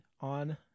on